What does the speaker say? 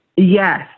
Yes